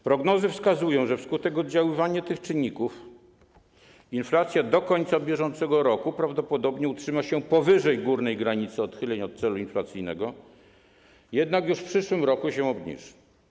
Prognozy wskazują, że wskutek oddziaływania tych czynników inflacja do końca bieżącego roku prawdopodobnie utrzyma się powyżej górnej granicy odchyleń od celu inflacyjnego, jednak już w przyszłym roku się obniży.